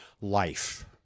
life